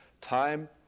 time